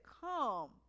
come